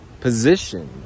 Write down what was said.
position